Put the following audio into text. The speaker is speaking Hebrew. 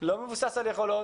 ואינו מבוסס על יכולות.